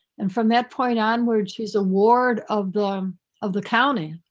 and from that point onwards, she's a ward of the um of the county.